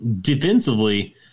Defensively